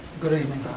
good evening.